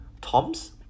Tom's